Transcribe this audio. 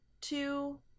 two